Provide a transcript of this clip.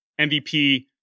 MVP